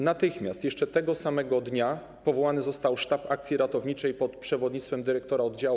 Natychmiast, jeszcze tego samego dnia, powołany został sztab akcji ratowniczej pod przewodnictwem dyrektora oddziału.